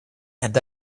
and